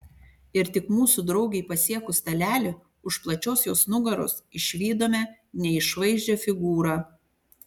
ir tik mūsų draugei pasiekus stalelį už plačios jos nugaros išvydome neišvaizdžią figūrą